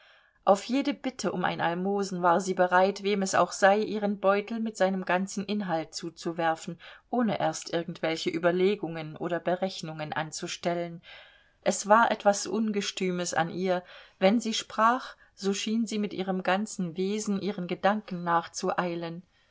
auf jede bitte um ein almosen war sie bereit wem es auch sei ihren beutel mit seinem ganzen inhalt zuzuwerfen ohne erst irgendwelche überlegungen oder berechnungen anzustellen es war etwas ungestümes an ihr wenn sie sprach so schien sie mit ihrem ganzen wesen ihren gedanken nachzueilen